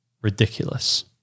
ridiculous